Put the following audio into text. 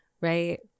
right